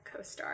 CoStar